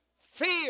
Fear